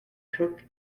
cooke